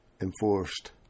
enforced